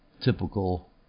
typical